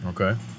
Okay